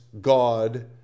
God